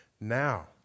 now